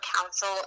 council